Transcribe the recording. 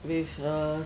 with a